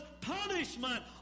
punishment